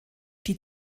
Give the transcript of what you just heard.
die